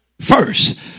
First